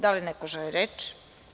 Da li neko želi reč?